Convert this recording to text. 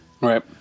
Right